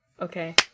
Okay